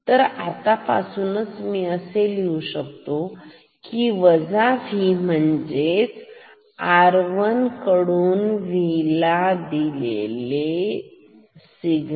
तर आतापासून मी लिहू शकतो वजा V म्हणजेच R1 कडून दिलेले V